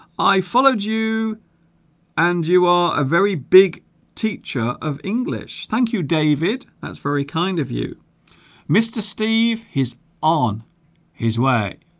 i followed you and you are a very big teacher of english thank you david that's very kind of you mr. steve he's on his way